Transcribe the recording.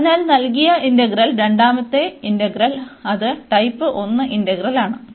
അതിനാൽ നൽകിയ ഇന്റഗ്രൽ രണ്ടാമത്തെ ഇന്റഗ്രൽ അത് ടൈപ്പ് 1 ഇന്റഗ്രൽ ആണ്